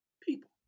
people